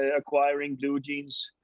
ah acquiring blue jeans,